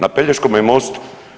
Na Pelješkome mostu?